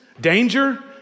danger